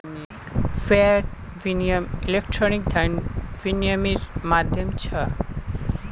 wire विनियम electronic धन विनियम्मेर माध्यम छ